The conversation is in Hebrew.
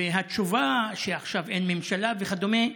והתשובה שעכשיו אין ממשלה וכדומה,